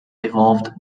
evolved